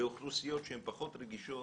באוכלוסיות שהן פחות רגישות,